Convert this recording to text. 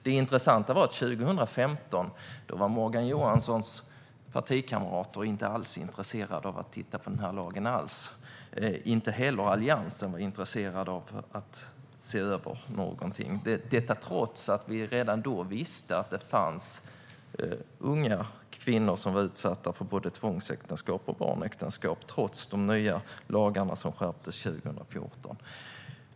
Det intressanta var att 2015 var Morgan Johanssons partikamrater inte alls intresserade av att titta på lagen. Inte heller Alliansen var intresserad av att se över någonting - detta trots att vi redan då visste att det fanns unga kvinnor som var utsatta för både tvångsäktenskap och barnäktenskap. Detta skedde trots de nya skärpta lagarna som trädde i kraft 2014.